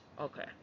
Okay